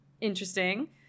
interesting